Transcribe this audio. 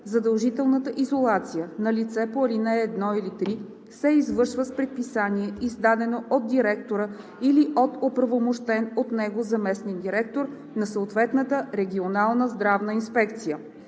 Задължителната изолация на лице по ал. 1 или 3 се извършва с предписание, издадено от директора или от оправомощен от него заместник-директор на съответната регионална здравна инспекция.“